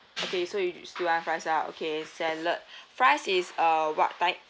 okay so you still want fries ah okay salad fries is uh what type